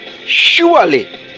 Surely